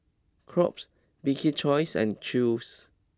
Crocs Bibik's Choice and Chew's